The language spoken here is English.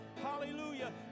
Hallelujah